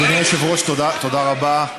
אדוני היושב-ראש, תודה רבה.